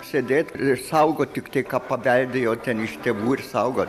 sėdėt ir išsaugot tik tai ką paveldėjo ten iš tėvų ir saugo